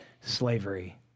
slavery